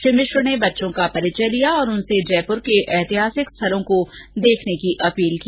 श्री मिश्र ने बच्चों का परिचय लिया और उनसे जयपुर के ऐतिहासिक स्थलों को देखने की अपील की